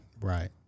Right